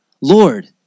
Lord